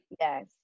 yes